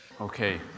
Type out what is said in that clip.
Okay